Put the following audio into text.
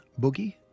Boogie